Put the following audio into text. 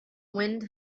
wind